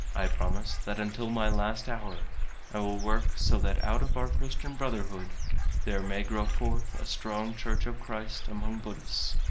i promise that until my last hour i will work so that out of our christian brotherhood there may grow forth a strong church of christ among buddhists.